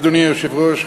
אדוני היושב-ראש,